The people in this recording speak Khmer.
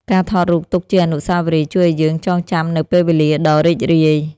ការថតរូបទុកជាអនុស្សាវរីយ៍ ជួយឱ្យយើងចងចាំនូវពេលវេលាដ៏រីករាយ។